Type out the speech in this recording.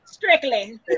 Strictly